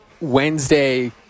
Wednesday